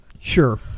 Sure